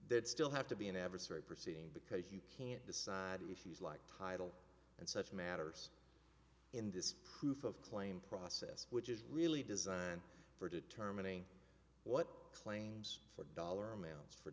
they'd still have to be an adversary proceeding because you can't decide if he's like tidal and such matters in this proof of claim process which is really designed for determining what claims for dollar amounts for